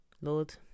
Lord